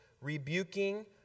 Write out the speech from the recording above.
rebuking